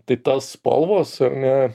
tai spalvos ar ne